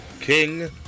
King